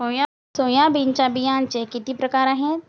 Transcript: सोयाबीनच्या बियांचे किती प्रकार आहेत?